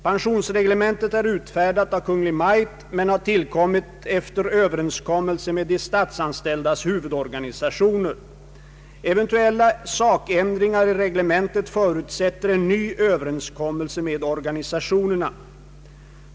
Pensionsreglementet är utfärdat av Kungl. Maj:t men har tillkommit efter överenskommelse med de statsanställdas huvudorganisationer. Eventuella sakändringar i reglementet förutsätter en ny överenskommelse med organisationerna.